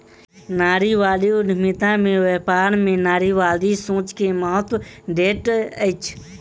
नारीवादी उद्यमिता में व्यापार में नारीवादी सोच के महत्त्व दैत अछि